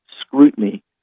scrutiny